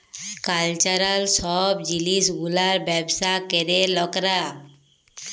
cultural সব জিলিস গুলার ব্যবসা ক্যরে লকরা